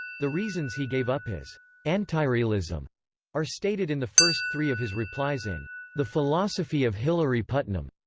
the reasons he gave up his antirealism are stated in the first three of his replies in the philosophy of hilary putnam,